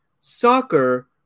soccer